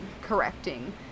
correcting